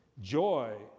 Joy